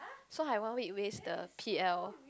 so I one week waste the P_L